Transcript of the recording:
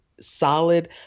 solid